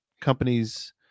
companies